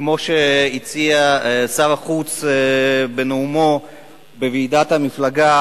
כמו שהציע שר החוץ בנאומו בוועידת המפלגה.